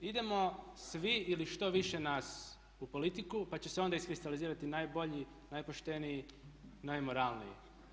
Idemo svi ili što više nas u politiku pa će se onda iskristalizirati najbolji, najpošteniji, najmoralniji.